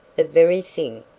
the very thing,